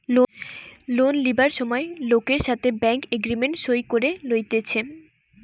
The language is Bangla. লোন লিবার সময় লোকের সাথে ব্যাঙ্ক এগ্রিমেন্ট সই করে লইতেছে